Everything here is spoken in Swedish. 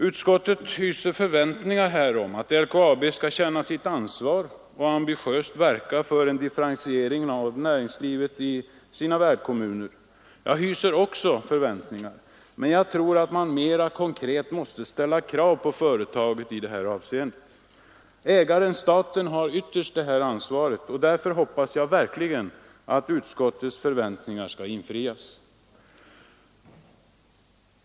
Utskottet hyser förväntningar om att LKAB skall känna sitt ansvar och ambitiöst verka för en differentiering av näringslivet i sina värdkommuner. Jag hyser också förväntningar, men jag tror att man mera konkret måste ställa krav på företaget i detta avseende. Ägaren, staten, har ytterst detta ansvar, och därför hoppas jag verkligen att utskottets förväntningar skall infrias.